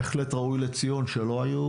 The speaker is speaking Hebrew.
בהחלט ראוי לציון שבאירועים המאוד